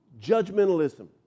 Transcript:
judgmentalism